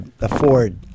afford